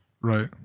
right